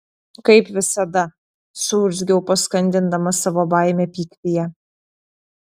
kaip visada suurzgiau paskandindama savo baimę pyktyje